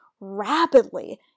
rapidly